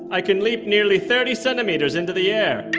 i can leap nearly thirty centimeters into the air.